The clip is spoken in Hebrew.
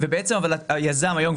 היזם היום,